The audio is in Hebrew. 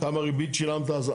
כמה ריבית שילמת.